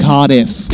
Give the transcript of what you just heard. Cardiff